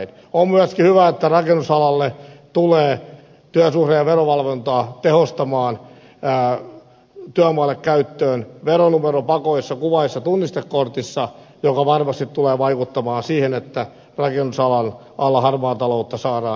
on myöskin hyvä että rakennusalalla tulee työmailla käyttöön työsuhde ja verovalvontaa tehostamaan veronumero pakollisessa kuvallisessa tunnistekortissa joka varmasti tulee vaikuttamaan siihen että rakennusalan harmaata taloutta saadaan kuriin